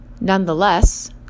Nonetheless